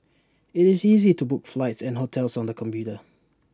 IT is easy to book flights and hotels on the computer